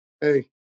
Hey